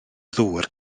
ddŵr